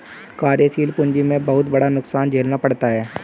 कार्यशील पूंजी में बहुत बड़ा नुकसान झेलना पड़ता है